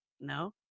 no